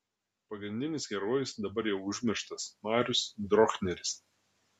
pagrindinis herojus dabar jau užmirštas marius drochneris